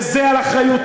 וזה על אחריותו.